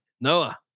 Noah